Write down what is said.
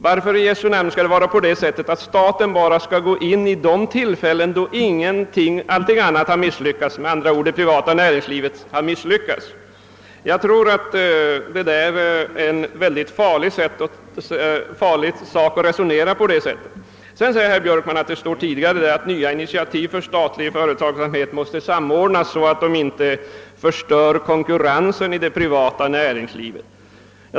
Varför skall det vara så att staten bara går in vid de tillfällen då det privata näringslivet har misslyckats? Jag tror det är farligt att resonera på det sättet. Vidare sade herr Björkman att det i bankoutskottets utlåtande nr 64 står att nya initiativ beträffande statlig företagsamhet måste samordnas så att den inte förstör konkurrensen inom det privata näringslivet.